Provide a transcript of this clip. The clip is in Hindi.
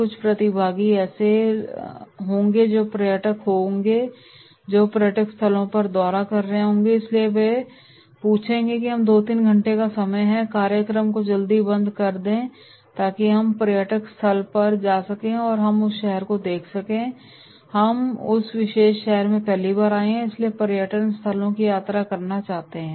कुछ प्रतिभागी ऐसे होंगे जो पर्यटक होंगे जो पर्यटक स्थलों का दौरा कर रहे हैं इसलिए वे पूछेंगे कि हमें 2 3 घंटे का समय है कार्यक्रम को जल्दी बंद कर दें ताकि हम पर्यटक स्थल पर जा सकें और हम उस शहर को देख सकें हम इस विशेष शहर में पहली बार आए हैं और इसलिए वे पर्यटन स्थलों की यात्रा करना चाहते हैं